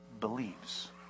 believes